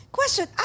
Question